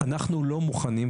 אנחנו לא מוכנים,